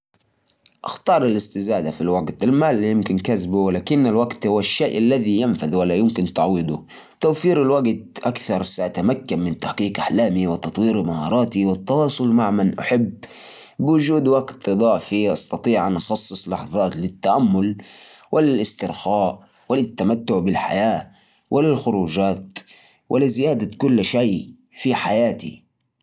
شوف يا صديقي أنا دائماً أفضل الوقت على المال لأن الوقت لو راح ما يرجع لكن الفلوس تقدر تجمعها مع الوقت يعني تقدر تستمتع بحياتك تطور نفسك وتبني علاقات مع الناس والفلوس تجي وتروح الوقت هو اللي يخلينا نعيش صح